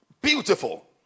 Beautiful